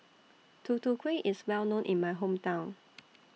Tutu Kueh IS Well known in My Hometown